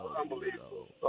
Unbelievable